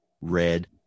red